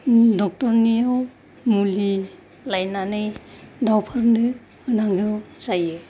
doctor नियाव मुलि लायनानै दाउफोरनो होनांगौ जायो